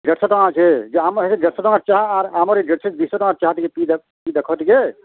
ଦେଢ଼ ଶହ ଟଙ୍କା ଅଛି ଯେ ଆମର୍ ହେଟି ଦେଢ଼ ଶହ ଚାହା ଆର୍ ଆମର୍ ଏ ଦୁଇ ଶହ ଟଙ୍କା ଚାହା ଟିକେ ପିଇ ଦେଖ ଦେଖ ଟିକେ